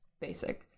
basic